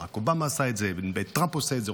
ברק אובמה עשה את זה וטראמפ עושה את זה,